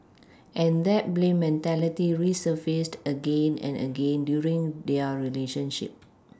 and that blame mentality resurfaced again and again during their relationship